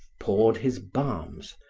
poured his balms,